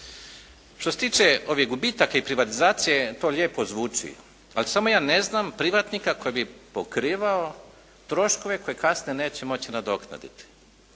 Što se tiče gubitaka i privatizacije, to lijepo zvuči. Ali samo ja ne znam privatnika koji bi pokrivao troškove koje kasnije neće moći nadoknaditi.